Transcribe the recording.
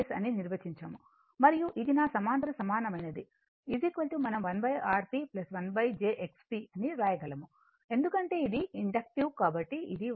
అని నిర్వచించాము మరియు ఇది నా సమాంతర సమానమైనది మనం 1 Rp 1 jXP అని వ్రాయగలము ఎందుకంటే ఇది ఇండక్టివ్ కాబట్టి 1 jXP